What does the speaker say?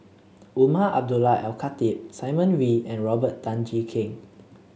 Umar Abdullah Al Khatib Simon Wee and Robert Tan Jee Keng